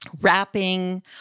wrapping